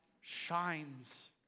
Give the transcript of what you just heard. shines